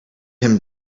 him